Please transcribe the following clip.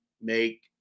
make